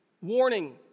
Warning